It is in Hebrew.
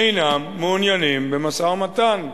אינם מעוניינים במשא-ומתן,